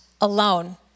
alone